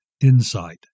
insight